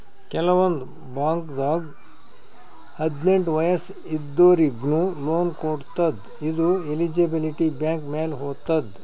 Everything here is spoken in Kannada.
ಕೆಲವಂದ್ ಬಾಂಕ್ದಾಗ್ ಹದ್ನೆಂಟ್ ವಯಸ್ಸ್ ಇದ್ದೋರಿಗ್ನು ಲೋನ್ ಕೊಡ್ತದ್ ಇದು ಎಲಿಜಿಬಿಲಿಟಿ ಬ್ಯಾಂಕ್ ಮ್ಯಾಲ್ ಹೊತದ್